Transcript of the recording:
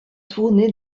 tournée